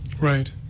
Right